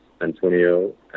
Antonio